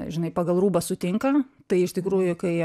žinai pagal rūbą sutinkam tai iš tikrųjų kai